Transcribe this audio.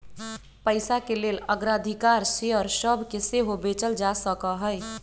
पइसाके लेल अग्राधिकार शेयर सभके सेहो बेचल जा सकहइ